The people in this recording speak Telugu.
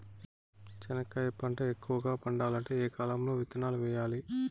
చెనక్కాయ పంట ఎక్కువగా పండాలంటే ఏ కాలము లో విత్తనాలు వేయాలి?